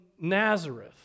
Nazareth